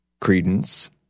Credence